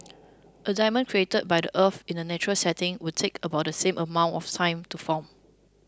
a diamond created by the earth in a natural setting would take about the same amount of time to form